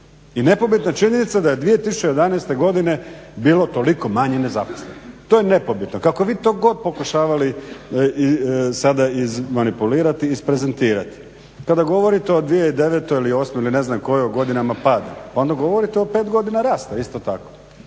i nepobitna je činjenica da je 2011. godine bilo toliko manje nezaposlenih. To je nepobitno, kako vi to god pokušavali sada izmanipulirati i izprezentirati. Kada govorite o 2009. ili 2008. ili ne znam kojoj o godinama pada, onda govorite o pet godina rasta isto tako.